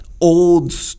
old